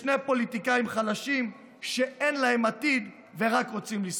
לשני פוליטיקאים חלשים שאין להם עתיד ורק רוצים לשרוד.